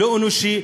לא אנושי,